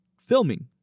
filming